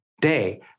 day